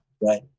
Right